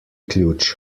ključ